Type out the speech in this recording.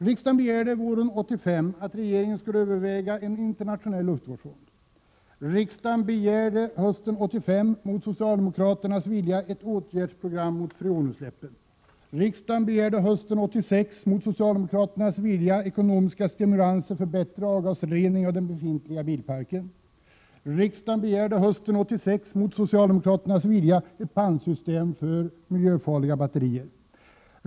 + Riksdagen begärde våren 1985 att regeringen skulle överväga en interna Riksdagen begärde hösten 1985 — mot socialdemokraternas vilja — ett ekonomiska stimulanser för bättre avgasrening i den befintliga bilparken. "Riksdagen begärde hösten 1986 — mot socialdemokraternas vilja — ett pantsystem för miljöfarliga batterier.